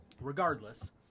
regardless